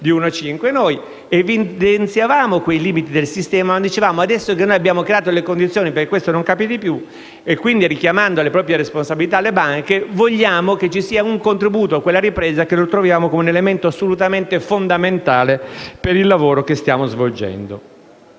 di 1 a 5. E noi evidenziavamo quei limiti del sistema dicendo che, adesso che avevamo creato le condizioni perché questo non capitasse più, e quindi richiamando alle proprie responsabilità le banche, volevano che vi fosse un contributo a quella ripresa che noi troviamo assolutamente fondamentale per il lavoro che stiamo svolgendo.